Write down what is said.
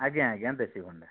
ଆଜ୍ଞା ଆଜ୍ଞା ଦେଶୀ ଭଣ୍ଡା